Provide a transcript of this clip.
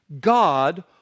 God